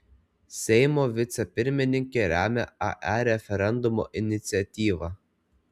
seimo vicepirmininkė remia ae referendumo iniciatyvą